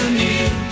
need